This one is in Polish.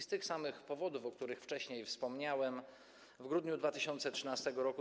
Z tych samych powodów, o których wcześniej wspomniałem, w grudniu 2013 r.